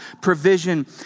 provision